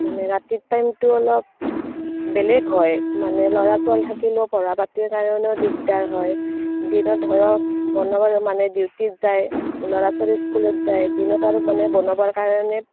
মানে ৰাতি টাইমটো অলপ বেলেগ হয় মানে ল'ৰা ছোৱালী থাকিলেও পঢ়া পাতিৰ কাৰণেও দিগদাৰ হয় দিনত ধৰক বনাবৰ মানে ডিউটিত যায় ল'ৰা ছোৱালী স্কুলত যায় দিনত আৰু মানে বনাবৰ কাৰণে